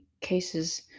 cases